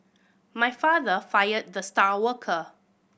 my father fired the star worker